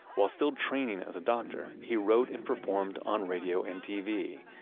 while still training as a doctor, he wrote in performed on radio and tv.